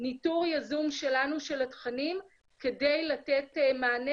ניטור יזום שלנו של התכנים כדי לתת מענה